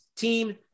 Team